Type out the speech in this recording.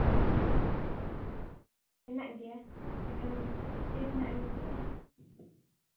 ᱦᱳᱭ ᱛᱚ ᱢᱮᱱᱟᱜ ᱜᱮᱭᱟ ᱮᱱᱠᱷᱟᱱ ᱛᱤᱥ ᱱᱟᱜ ᱮᱢ ᱦᱤᱡᱩᱜᱼᱟ